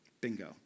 Bingo